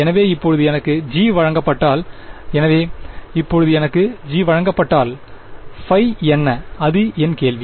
எனவே இப்போது எனக்கு g வழங்கப்பட்டால் எனவே இப்போது எனக்கு g வழங்கப்பட்டால் ϕ என்ன அது என் கேள்வி